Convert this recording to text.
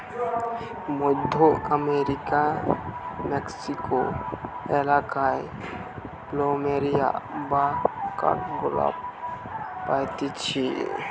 মধ্য আমেরিকার মেক্সিকো এলাকায় প্ল্যামেরিয়া বা কাঠগোলাপ পাইতিছে